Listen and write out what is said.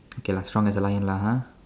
okay lah strong as a lion lah !huh!